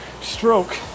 stroke